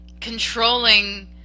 controlling